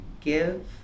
give